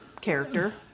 character